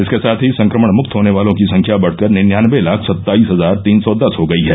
इसके साथ ही संक्रमण मुक्त होने वालों की संख्या बढकर निन्यानवे लाख सत्ताईस हजार तीन सौ दस हो गई है